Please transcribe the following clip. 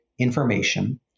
information